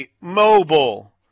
Mobile